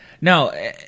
No